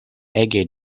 ege